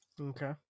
Okay